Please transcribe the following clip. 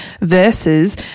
versus